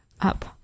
up